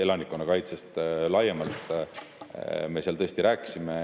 elanikkonnakaitsest laiemalt me seal tõesti rääkisime,